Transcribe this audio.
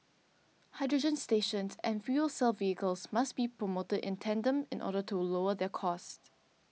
hydrogen stations and fuel cell vehicles must be promoted in tandem in order to lower their cost